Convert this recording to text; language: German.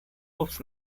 aufs